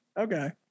okay